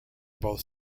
both